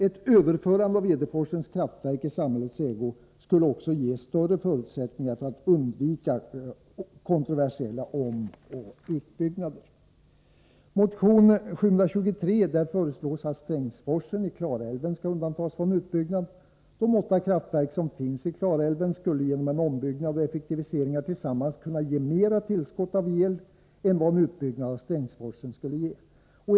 Ett överförande av Edeforsens kraftverk i samhällets ägo skulle också ge större förutsättningar för att undvika kontroversiella omoch utbyggnader. I motion 1983/84:723 föreslås att Strängsforsen i Klarälven skall undantas från utbyggnad. De åtta kraftverk som finns i Klarälven skulle genom en ombyggnad och effektiviseringar tillsammans kunna ge mera tillskott av el än vad en utbyggnad av Strängsforsen skulle ge.